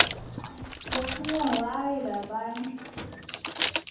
ꯑꯥꯏ ꯋꯥꯈꯜ ꯌꯥꯝ ꯋꯥꯔꯤꯗ ꯚꯥꯏ